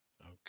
Okay